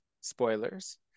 Spoilers